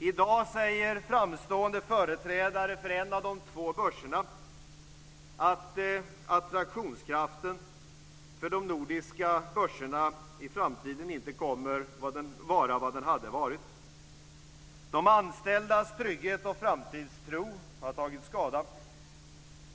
I dag säger framstående företrädare för en av de två börserna att attraktionskraften för de nordiska börserna i framtiden inte kommer att vara vad den kunde ha varit. De anställdas trygghet och framtidstro har tagit skada.